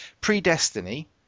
Pre-Destiny